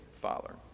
father